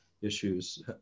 issues